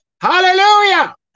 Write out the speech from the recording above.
Hallelujah